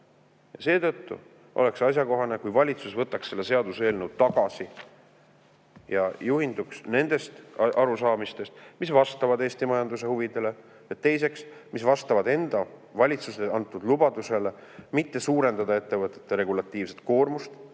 Seetõttu oleks asjakohane, kui valitsus võtaks selle seaduseelnõu tagasi ja juhinduks nendest arusaamistest, mis vastavad Eesti majanduse huvidele, ja teiseks, mis vastavad enda valitsuse antud lubadusele mitte suurendada ettevõtete regulatiivset koormust,